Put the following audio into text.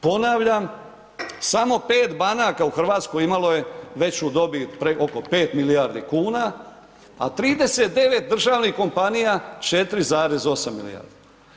Ponavljam samo 5 banaka u Hrvatskoj imalo je veću dobit oko 5 milijardi kuna, a 39 državnih kompanija 4,8 milijardi.